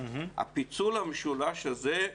הפיצול המשולש הזה,